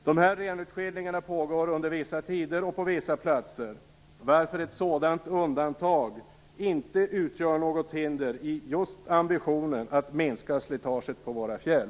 Dessa renutskillningar pågår under vissa tider och på vissa platser, varför ett sådant undantag inte utgör något hinder vad gäller ambitionen att minska slitaget på våra fjäll.